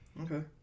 okay